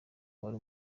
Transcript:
wari